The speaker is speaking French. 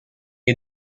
est